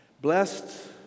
Blessed